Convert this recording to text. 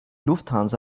lufthansa